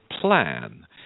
plan